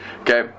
Okay